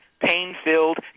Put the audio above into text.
pain-filled